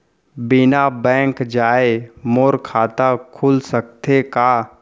बिना बैंक जाए मोर खाता खुल सकथे का?